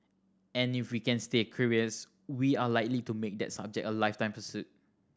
and if we can stay curious we are likely to make that subject a lifetime pursuit